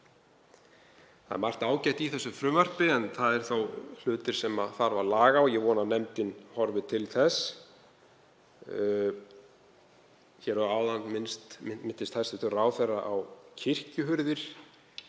Það er margt ágætt í þessu frumvarpi en þó eru hlutir sem þarf að laga og ég vona að nefndin horfi til þess. Hér áðan minntist hæstv. ráðherra á kirkjuhurðir